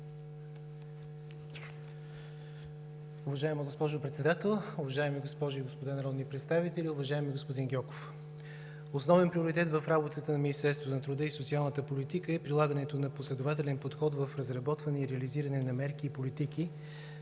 Уважаема госпожо Председател, уважаеми госпожи и господа народни представители, уважаеми господин Гьоков! Основен приоритет в работата на Министерството на труда и социалната политика е прилагането на последователен подход в разработване и реализиране на мерки и политики